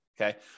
okay